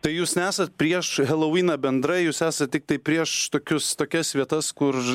tai jūs nesat prieš helovyną bendrai jūs esat tiktai prieš tokius tokias vietas kur